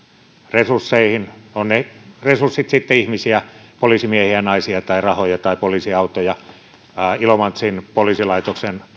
resursseihin ovat ne resurssit sitten ihmisiä poliisimiehiä ja naisia rahoja tai poliisiautoja tai ilomantsin poliisilaitoksen